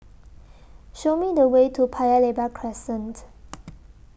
Show Me The Way to Paya Lebar Crescent